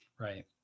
Right